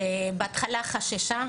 שבהתחלה חששה.